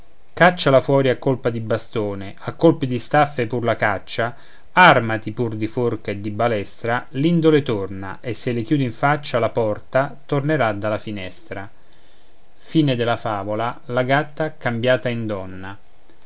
càcciala fuori a colpi di bastone a colpi di staffile pur la caccia àrmati pur di forca e di balestra l'indole torna e se le chiudi in faccia la porta tornerà dalla finestra